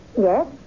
Yes